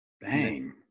bang